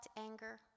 anger